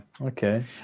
Okay